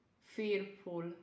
fearful